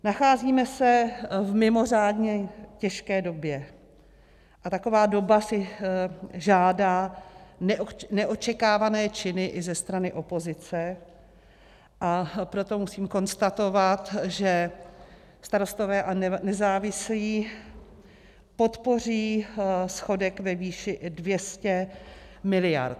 Nacházíme se v mimořádně těžké době a taková doba si žádá neočekávané činy i ze strany opozice, a proto musím konstatovat, že Starostové a nezávislí podpoří schodek ve výši 200 mld.